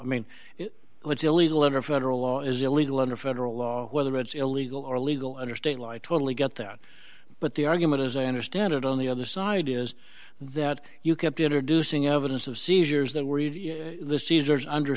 i mean it's illegal under federal law is illegal under federal law whether it's illegal or legal under state law i totally get that but the argument as i understand it on the other side is that you kept introducing evidence of seizures th